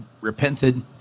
repented